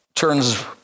turns